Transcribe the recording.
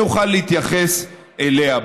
אני אוכל להתייחס אליה.